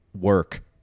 work